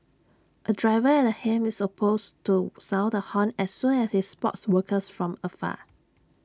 A driver at the helm is also supposed to sound the horn as soon as he spots workers from afar